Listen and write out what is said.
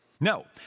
No